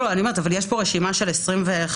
אבל יש רשימה של 25